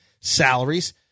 salaries